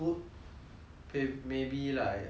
K maybe like um